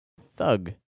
thug